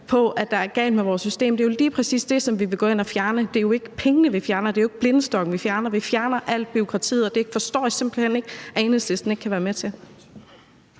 om at der er galt med vores system. Det er lige præcis det, som vi vil gå ind og fjerne. Det er jo ikke pengene, vi fjerner; det er jo ikke blindestokken, vi fjerne. Vi fjerner alt bureaukratiet, og det forstår jeg simpelt hen ikke at Enhedslisten ikke kan være med til.